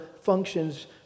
functions